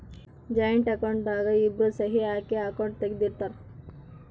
joint account ದಾಗ ಇಬ್ರು ಸಹಿ ಹಾಕಿ ಅಕೌಂಟ್ ತೆಗ್ದಿರ್ತರ್